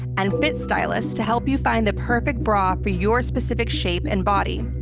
and fit stylists to help you find the perfect bra for your specific shape and body.